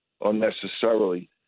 unnecessarily